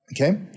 Okay